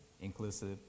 inclusive